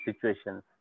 situations